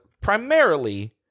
primarily